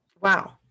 Wow